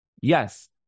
yes